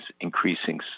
increasing